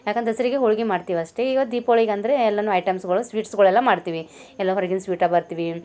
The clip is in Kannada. ಯಾಕಂದರೆ ದಸ್ರಾಗೆ ಹೋಳಿಗೆ ಮಾಡ್ತೀವಿ ಅಷ್ಟೇ ಇವತ್ತು ದೀಪೊಳಿಗೆ ಅಂದರೆ ಎಲ್ಲವೂ ಐಟಮ್ಸ್ಗಳು ಸ್ವೀಟ್ಸುಗಳೆಲ್ಲ ಮಾಡ್ತೀವಿ ಎಲ್ಲ ಹೊರ್ಗಿನ ಸ್ವೀಟ ಬರ್ತೀವಿ